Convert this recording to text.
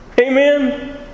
Amen